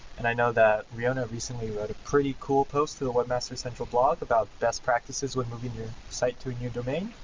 and i know that riona recently wrote a pretty cool post to the webmaster central blog about best practices when moving your site to a new domain.